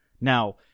Now